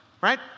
right